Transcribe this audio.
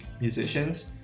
musicians